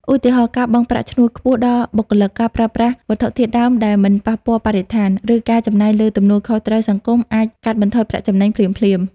ឧទាហរណ៍ ការបង់ប្រាក់ឈ្នួលខ្ពស់ដល់បុគ្គលិក ការប្រើប្រាស់វត្ថុធាតុដើមដែលមិនប៉ះពាល់បរិស្ថាន ឬការចំណាយលើទំនួលខុសត្រូវសង្គម អាចកាត់បន្ថយប្រាក់ចំណេញភ្លាមៗ។